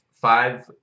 Five